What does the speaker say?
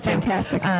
Fantastic